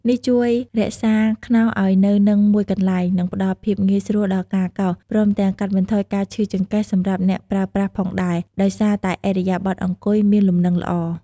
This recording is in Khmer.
នេះជួយរក្សាខ្នោសឲ្យនៅនឹងមួយកន្លែង និងផ្តល់ភាពងាយស្រួលដល់ការកោស ព្រមទាំងកាត់បន្ថយការឈឺចង្កេះសម្រាប់អ្នកប្រើប្រាស់ផងដែរ ដោយសារតែឥរិយាបថអង្គុយមានលំនឹងល្អ។